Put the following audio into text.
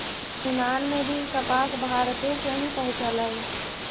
यूनान में भी कपास भारते से ही पहुँचलई